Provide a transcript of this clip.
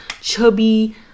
chubby